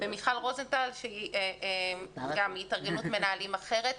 ואת מיכל רוזנטל שהיא התארגנות מנהלים אחרת.